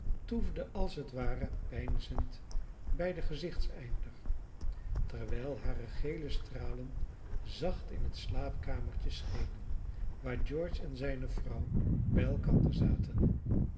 toefde als het ware peinzend bij den gezichteinder terwijl hare gele stralen zacht in het slaapkamertje schenen waar george en zijne vrouw bij elkander zaten